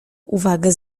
uwagę